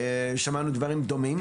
שמענו דברים דומים.